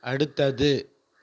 அடுத்தது